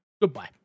Goodbye